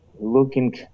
Looking